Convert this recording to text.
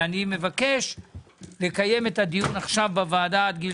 ואני מקיים לקיים את הדיון עכשיו בוועדה של עד גיל